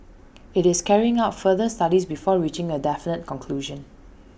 IT is carrying out further studies before reaching A definite conclusion